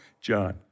John